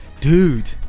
Dude